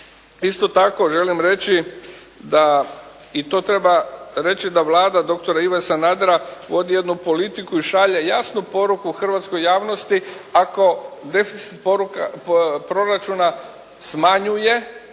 Isto tako želim reći da i to treba reći da Vlada doktora Ive Sanadera vodi jednu politiku i šalje jasnu poruku hrvatskoj javnosti ako deficit proračuna smanjuje